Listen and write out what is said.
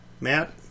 Matt